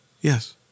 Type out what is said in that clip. yes